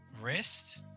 Wrist